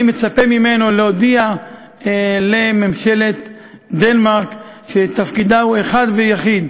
אני מצפה ממנו להודיע לממשלת דנמרק שתפקידה הוא אחד ויחיד: